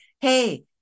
hey